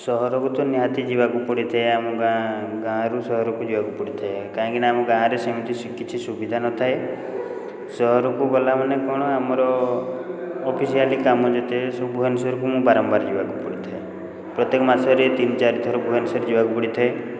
ସହରକୁ ତ ନିହାତି ଯିବାକୁ ପଡ଼ିଥାଏ ଆମ ଗାଁ ଗାଁରୁ ସହରକୁ ଯିବାକୁ ପଡ଼ିଥାଏ କାହିଁକି ନା ଆମ ଗାଁରେ ସେମିତି କିଛି ସୁବିଧା ନଥାଏ ସହରକୁ ଗଲା ମାନେ କ'ଣ ଆମର ଅଫିସିଆଲି କାମ ଯେତେ ସବୁ ଭୁବନେଶ୍ୱରକୁ ମୁଁ ବାରମ୍ବାର ଯିବାକୁ ପଡ଼ିଥାଏ ପ୍ରତ୍ୟେକ ମାସରେ ତିନି ଚାରିଥର ଭୁବନେଶ୍ୱର ଯିବାକୁ ପଡ଼ିଥାଏ